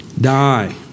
die